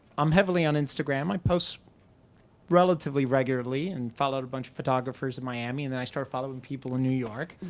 i'm heavily on instagram. i post relatively regularly and follow a bunch of photographers in miami and then i started following people in new york.